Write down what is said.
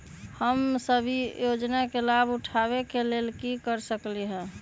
हम सब ई योजना के लाभ उठावे के लेल की कर सकलि ह?